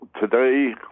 today